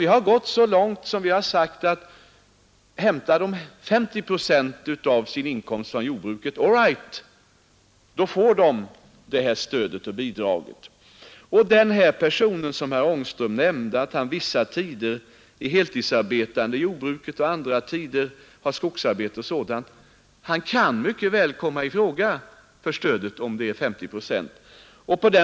Vi har gått så långt att vi sagt, att hämtar de 50 procent av sin inkomst från jordbruket -- all right, då får de det här stödet och dessa bidrag. Herr Angström omnämnde en person som vissa tider är heltidsarbetande i jordbruket och andra tider har skogsarbete och sådant. Det kan mycket väl hända att han kommer i fråga för stöd. om han hämtar 50 procent av sin inkomst från det egna jordbruket och skogsbruket.